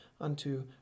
unto